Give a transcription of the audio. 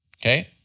okay